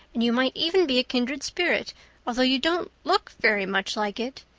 and you might even be a kindred spirit although you don't look very much like it.